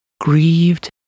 grieved